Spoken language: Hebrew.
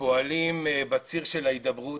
פועלים בציר של ההידברות,